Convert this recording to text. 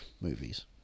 movies